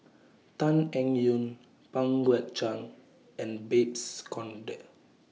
Tan Eng Yoon Pang Guek Cheng and Babes Conde